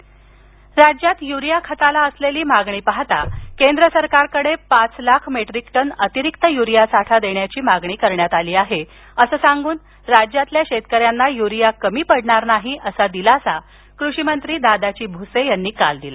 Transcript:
कृषीमंत्री राज्यात युरीया खताला असलेली मागणी पाहता केंद्र सरकारकडे पाच लाख मेट्रीक टन अतिरिक्त युरिया साठा देण्याची मागणी करण्यात आली आहे असं सांगून राज्यातील शेतकऱ्यांना यूरीया कमी पडणार नाहीअसा दिलासा कृषीमंत्री दादाजी भुसे यांनी काल दिला